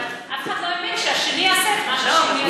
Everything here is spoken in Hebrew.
אף אחד לא האמין שהשני יעשה את מה שהשני עשה.